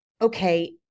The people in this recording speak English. okay